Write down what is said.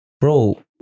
bro